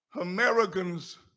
Americans